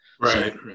Right